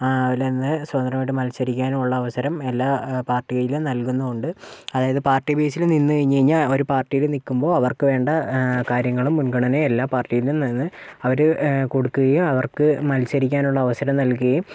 അതുപോലെ തന്നെ സ്വതന്ത്രമായിട്ട് മത്സരിക്കാനും ഉള്ള അവസരം എല്ലാ പാർട്ടിയിലും നൽകുന്നും ഉണ്ട് അതായത് പാർട്ടി ബേസില് നിന്ന് കഴിഞ് കഴിഞ്ഞാൽ ഒരു പാർട്ടിയില് നിൽക്കുമ്പോൾ അവർക്ക് വേണ്ട കാര്യങ്ങളും മുൻഗണനയും എല്ലാം ആ പാർട്ടിയിൽ നിന്ന് തന്നെ അവര് കൊടുക്കുകയും അവർക്ക് മത്സരിക്കാനുള്ള അവസരം നൽകുകയും